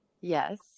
Yes